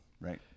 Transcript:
right